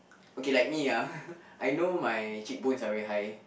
okay like me ah I know my cheekbones are very high